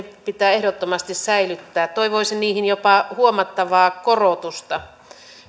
pitää ehdottomasti säilyttää toivoisin niihin jopa huomattavaa korotusta